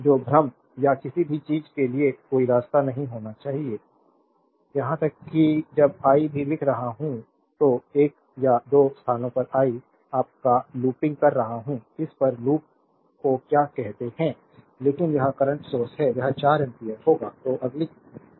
तो भ्रम या किसी भी चीज के लिए कोई रास्ता नहीं होना चाहिए यहां तक कि जब आई भी लिख रहा हूं तो एक या दो स्थानों पर आई आपका लूपिंग कर रहा हूं इस पर लूप को क्या कहते हैं लेकिन यह करंट सोर्स है यह 4 एम्पीयर होगा